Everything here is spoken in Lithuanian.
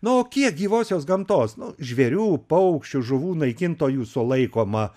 na o kiek gyvosios gamtos nu žvėrių paukščių žuvų naikintojų sulaikoma